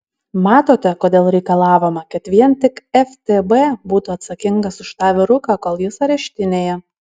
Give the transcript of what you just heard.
matote kodėl reikalavome kad vien tik ftb būtų atsakingas už tą vyruką kol jis areštinėje